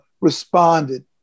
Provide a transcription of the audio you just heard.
responded